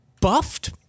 buffed